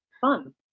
fun